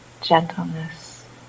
gentleness